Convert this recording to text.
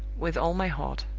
with all my heart.